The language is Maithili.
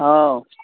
हँ